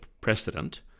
precedent